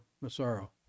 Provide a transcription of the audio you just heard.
Massaro